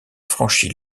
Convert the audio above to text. franchit